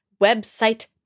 website